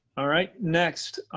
all right, next